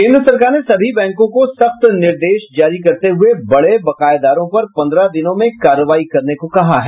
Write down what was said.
केन्द्र सरकार ने सभी बैंकों को सख्त निर्देश जारी करते हुये बड़े बकायेदारों पर पन्द्रह दिनों में कार्रवाई करने को कहा है